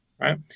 right